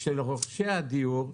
של רוכשי הדיור,